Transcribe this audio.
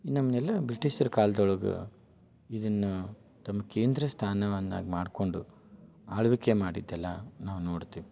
ನಮ್ಮನ್ನೆಲ್ಲ ಬ್ರಿಟೀಷ್ರ ಕಾಲ್ದೊಳಗೆ ಇದನ್ನು ತಮ್ಮ ಕೇಂದ್ರ ಸ್ಥಾನವನ್ನಾಗಿ ಮಾಡಿಕೊಂಡು ಆಳ್ವಿಕೆ ಮಾಡಿದ್ದೆಲ್ಲ ನಾವು ನೋಡ್ತೀವಿ